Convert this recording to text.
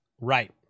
Right